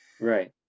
right